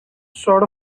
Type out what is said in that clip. sort